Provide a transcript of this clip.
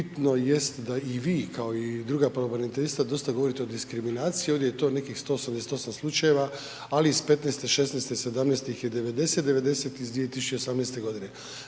bitno jest da i vi kao i druga pravobraniteljstva dosta govorite o diskriminaciji, ovdje je to nekih 188 slučajeva, ali iz 15., 16., 17. ih je 90, 90 iz 2018. godine.